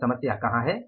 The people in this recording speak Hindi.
तो समस्या कहां है